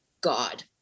God